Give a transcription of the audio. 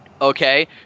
Okay